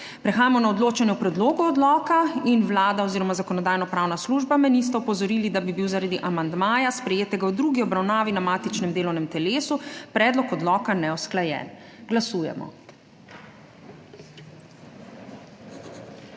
Prehajamo na odločanje o predlogu odloka. Vlada oziroma Zakonodajno-pravna služba me nista opozorili, da bi bil zaradi amandmaja, sprejetega v drugi obravnavi na matičnem delovnem telesu, predlog odloka neusklajen. Glasujemo.